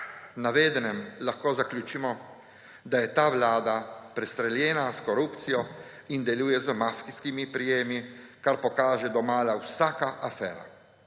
navedenem lahko zaključimo, da je ta vlada prestreljena s korupcijo in deluje z mafijskimi prejemi, kar pokaže do mala vsaka afera.